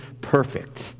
perfect